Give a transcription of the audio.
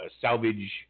salvage